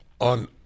on